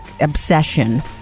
obsession